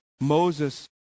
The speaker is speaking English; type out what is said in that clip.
Moses